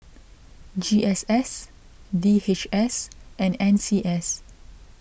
G S S D H S and N C S